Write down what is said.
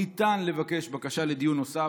ניתן לבקש בקשה לדיון נוסף.